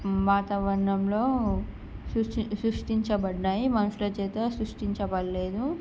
వాతావరణంలో సృష్టిం సృష్టించబడ్డాయి మనుషుల చేత సృష్టించబడలేదు